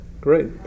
Great